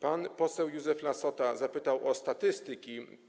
Pan poseł Józef Lassota zapytał o statystyki.